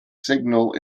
signal